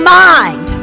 mind